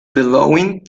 belonging